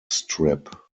strip